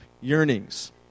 yearnings